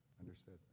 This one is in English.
Understood